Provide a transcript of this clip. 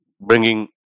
bringing